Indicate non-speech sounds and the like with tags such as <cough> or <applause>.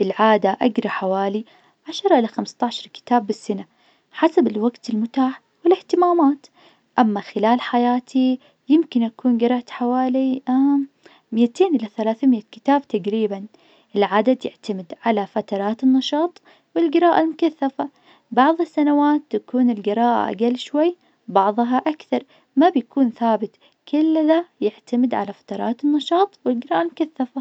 بالعادة اقرأ حوالي عشرة إلى خمسة عشر كتاب بالسنة حسب الوقت المتاح والإهتمامات. أما خلال حياتي يمكن أكون قريت حوالي <hesitation> مئتين إلى ثلاثمئة كتاب تقريبا. العدد يعتمد على فترات النشاط والقراءة المكثفة. بعظ السنوات تكون القراءة أقل شوي بعظها أكثر ما بيكون ثابت كل ذا يعتمد على فترات النشاط والقراءة المكثفة.